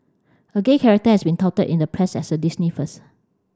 a gay character has been touted in the press as a Disney first